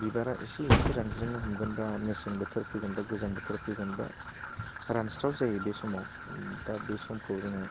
बिबारआ एसे एसे रानज्रिंनो हमगोन बा मेसें बोथोर फैगोन बा गोजां बोथोर फैगोन बा रानस्राव जायो बे समाव दा बे समखौ जोङो